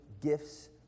gifts